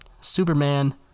Superman